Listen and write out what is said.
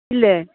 ഇല്ലേ